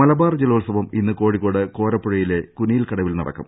മലബാർ ജലോത്സവം ഇന്ന് കോഴിക്കോട് കോരപ്പുഴ യിലെ കുനിയിൽകടവിൽ നടക്കും